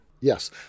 Yes